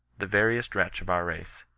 the veriest wretch of our race.